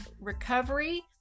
recovery